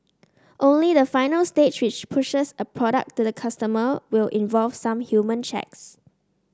only the final stage which pushes a product to the customer will involve some human checks